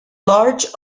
large